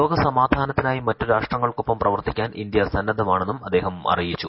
ലോക സമാധാനത്തിനായി മറ്റു രാഷ്ട്രങ്ങൾക്കൊപ്പം പ്രവർത്തിക്കാൻ ഇന്ത്യ സന്നദ്ധമാണെന്നും അദ്ദേഹം അറിയിച്ചു